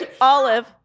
Olive